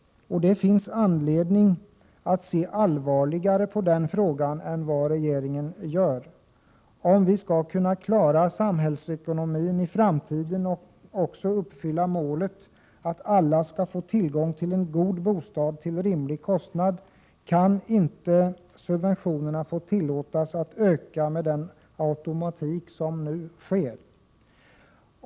Det finns anledning att se allvarligare på den frågan än vad regeringen gör. Om vi skall kunna klara samhällsekonomin i framtiden och också uppfylla målet att alla skall få tillgång till en god bostad till rimlig kostnad kan inte subventionerna få tillåtas öka med den automatik som nu sker.